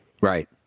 Right